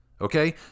Okay